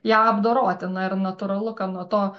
ją apdoroti na ir natūralu kad nuo to